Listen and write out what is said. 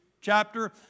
chapter